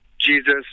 Jesus